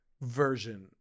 version